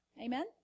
Amen